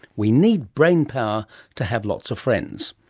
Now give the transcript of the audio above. we need brainpower to have lots of friends.